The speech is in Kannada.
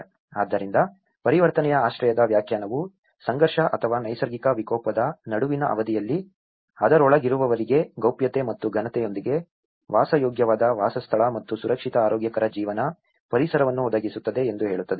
ಆದ್ದರಿಂದ ಪರಿವರ್ತನೆಯ ಆಶ್ರಯದ ವ್ಯಾಖ್ಯಾನವು ಸಂಘರ್ಷ ಅಥವಾ ನೈಸರ್ಗಿಕ ವಿಕೋಪದ ನಡುವಿನ ಅವಧಿಯಲ್ಲಿ ಅದರೊಳಗಿರುವವರಿಗೆ ಗೌಪ್ಯತೆ ಮತ್ತು ಘನತೆಯೊಂದಿಗೆ ವಾಸಯೋಗ್ಯವಾದ ವಾಸಸ್ಥಳ ಮತ್ತು ಸುರಕ್ಷಿತ ಆರೋಗ್ಯಕರ ಜೀವನ ಪರಿಸರವನ್ನು ಒದಗಿಸುತ್ತದೆ ಎಂದು ಹೇಳುತ್ತದೆ